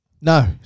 No